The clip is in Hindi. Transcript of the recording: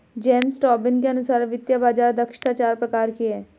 जेम्स टोबिन के अनुसार वित्तीय बाज़ार दक्षता चार प्रकार की है